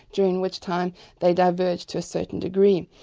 during which time they diverged to a certain degree.